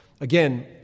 Again